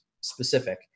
specific